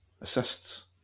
assists